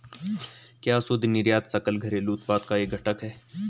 क्या शुद्ध निर्यात सकल घरेलू उत्पाद का एक घटक है?